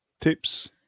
tips